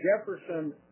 Jefferson